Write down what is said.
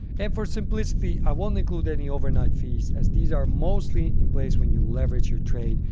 and for simplicity, i won't include any overnight fees as these are mostly in place when you leverage your trade.